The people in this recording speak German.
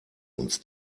uns